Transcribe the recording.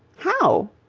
how?